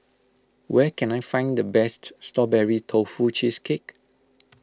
where can I find the best Strawberry Tofu Cheesecake